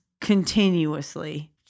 continuously